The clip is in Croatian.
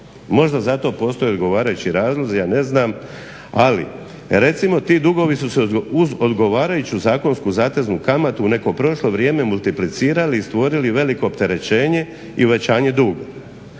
i zato postoje odgovarajući razlozi ja ne znam, ali recimo ti dugovi su se uz odgovarajuću zakonsku zateznu kamatu u neko prošlo vrijeme multiplicirali i stvorili veliko opterećenje i uvećanje duga.